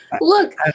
Look